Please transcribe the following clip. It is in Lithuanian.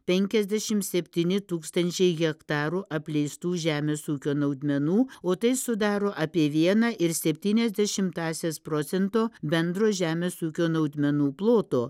penkiasdešim septyni tūkstančiai hektarų apleistų žemės ūkio naudmenų o tai sudaro apie vieną ir septyniasdešimtąsias procento bendro žemės ūkio naudmenų ploto